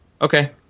Okay